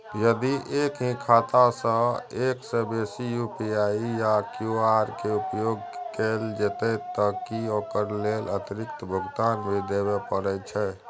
यदि एक ही खाता सं एक से बेसी यु.पी.आई या क्यू.आर के उपयोग कैल जेतै त की ओकर लेल अतिरिक्त भुगतान भी देबै परै छै?